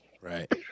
Right